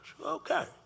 Okay